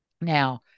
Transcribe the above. Now